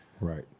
Right